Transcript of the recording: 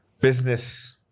business